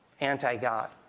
anti-God